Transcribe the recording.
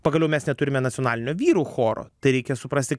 pagaliau mes neturime nacionalinio vyrų choro tai reikia suprasti